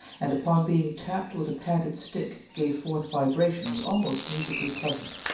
and, upon being tapped with a padded stick, gave forth vibrations almost musically pleasant.